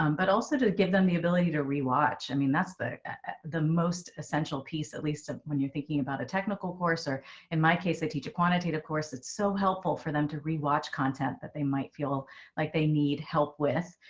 um but also to give them the ability to rewatch. i mean, that's the the most essential piece, at least ah when you're thinking about a technical course or in my case, i teach a quantitative course, it's so helpful for them to rewatch content that they might feel like they need help with.